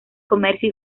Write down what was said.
comercio